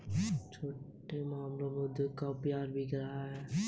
छोटे व्यवसायों में अर्हता प्राप्त करने के मामले में देश और उद्योग के आधार पर भिन्न होता है